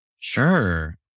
Sure